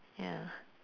ya